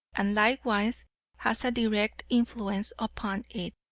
and likewise has a direct influence upon it.